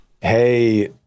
hey